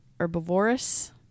herbivorous